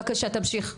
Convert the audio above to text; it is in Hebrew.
בבקשה תמשיך אוסאמה.